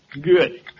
Good